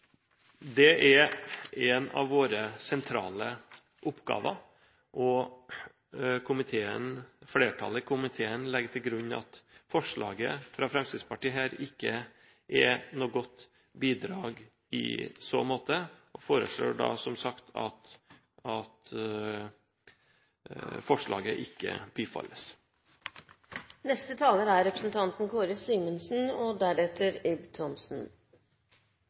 Det er en av våre sentrale oppgaver. Flertallet i komiteen legger til grunn at forslaget fra Fremskrittspartiet ikke er noe godt bidrag i så måte, og foreslår da – som sagt – at forslaget ikke bifalles. Som saksordføreren har vært inne på, er